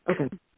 Okay